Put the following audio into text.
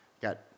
Got